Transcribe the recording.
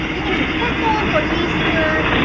you can do purple for easter,